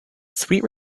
sweet